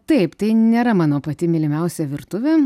taip tai nėra mano pati mylimiausia virtuvė